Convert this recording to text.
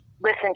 listen